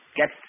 get